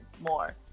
more